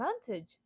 advantage